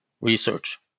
research